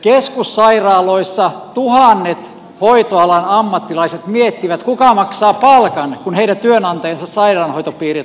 keskussairaaloissa tuhannet hoitoalan ammattilaiset miettivät kuka maksaa palkan kun heidän työnantajansa sairaanhoitopiirit lakkautetaan